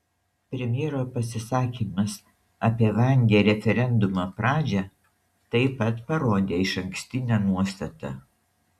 premjero pasisakymas apie vangią referendumo pradžią taip pat parodė išankstinę nuostatą